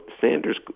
Sanders